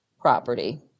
property